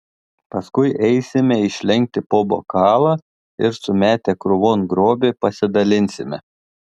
paskui eisime išlenkti po bokalą ir sumetę krūvon grobį pasidalinsime